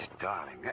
darling